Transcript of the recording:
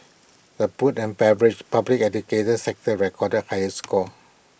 the food and beverage public education sectors recorded higher scores